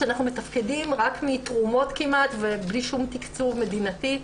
כשאנחנו מתפקדים רק מתרומות כמעט ובלי שום תקצוב מדינתי.